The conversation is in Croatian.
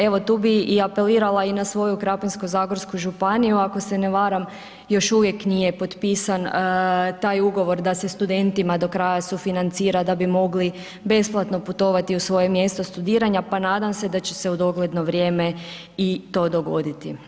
Evo tu bi i apelirala i svoju Krapinsko-zagorsku županiju ako se ne varam još uvijek nije potpisan taj ugovor da se studentima do kraja sufinancira da bi mogli besplatno putovati u svoje mjesto studiranja pa nadam se da će se u dogledno vrijeme i to dogoditi.